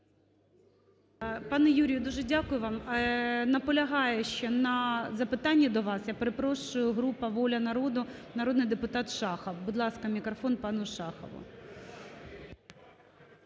Пане Юрію, дуже дякую вам. Наполягає ще на запитанні до вас, я перепрошую, група "Воля народу", народний депутат Шахов. Будь ласка, мікрофон пану Шахову.